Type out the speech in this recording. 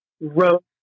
wrote